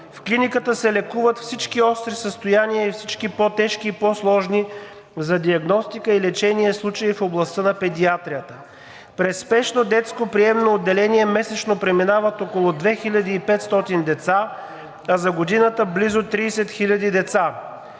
В клиниката се лекуват всички остри състояние, всички по-тежки и по-сложни за диагностика и лечение случаи в областта на педиатрията. През спешното детско приемно отделение месечно преминават около 2500 деца, а за годината – близо 30 000 деца.